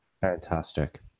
fantastic